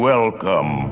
Welcome